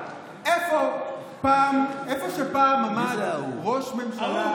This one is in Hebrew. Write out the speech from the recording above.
איפה שפעם עמד ראש ממשלה,